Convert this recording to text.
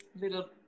little